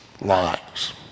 lives